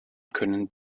können